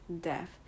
death